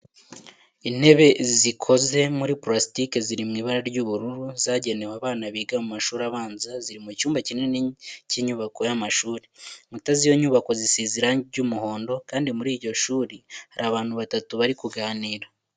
Intebe zikoze muri purasitike ziri mu ibara ry’ubururu zagenewe abana biga mu mashuri abanza ziri mu cyumba kinini cy’inyubako y’amashuri. Inkuta z’iyo nyubako zisize irangi ry’umuhondo kandi muri iryo shuri hari abantu batatu bari kuganira.